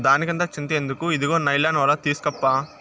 దానికంత చింత ఎందుకు, ఇదుగో నైలాన్ ఒల తీస్కోప్పా